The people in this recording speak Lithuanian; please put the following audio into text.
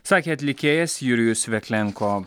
sakė atlikėjas jurijus veklenko